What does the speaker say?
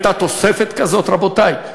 הייתה תוספת כזאת, רבותי?